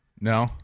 No